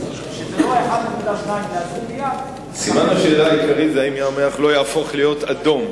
סימן השאלה העיקרי הוא אם ים-המלח לא יהפוך להיות אדום.